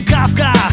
Kafka